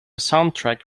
soundtrack